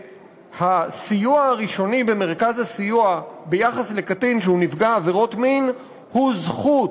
שהסיוע הראשוני במרכז הסיוע ביחס לקטין שהוא נפגע עבירת מין הוא זכות,